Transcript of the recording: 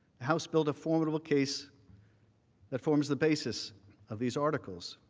house built a formidable case that forms the basis of these articles.